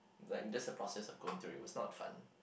like just the process of going through it was not fun